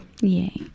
yay